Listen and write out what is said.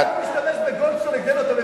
אתה משתמש בגולדסטון נגדנו?